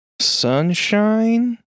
Sunshine